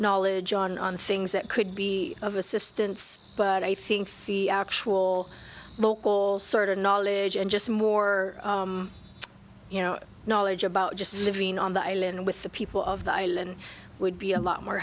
knowledge on things that could be of assistance but i think the actual well local sort of knowledge and just more you know knowledge about just living on the island with the people of the island would be a lot more